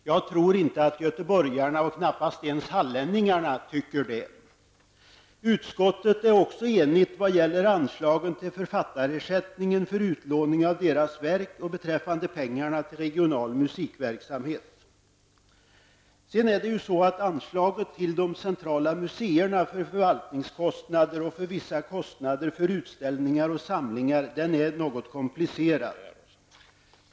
Jag tror inte att göteborgarna, och knappast ens hallänningarna, tycker så. Utskottet är också enigt vad gäller anslagen till författarersättningen för utlåning av deras verk och beträffande pengarna till regional musikverksamhet. Frågan om anslaget till de centrala museerna för förvaltningskostnader och vissa kostnader för utställningar och samlingar är något komplicerad.